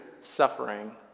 suffering